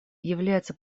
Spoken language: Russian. является